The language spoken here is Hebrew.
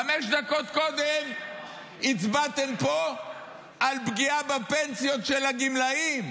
חמש דקות קודם הצבעתם פה על פגיעה בפנסיות של הגמלאים.